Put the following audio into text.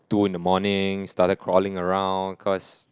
two in the morning started crawling around cause